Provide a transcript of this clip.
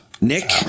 Nick